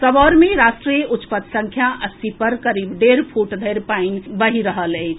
सबौर मे राष्ट्रीय उच्च पथ संख्या अस्सी पर करीब डेढ़ फुट धरि पानि बहि रहल अछि